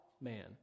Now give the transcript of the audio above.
man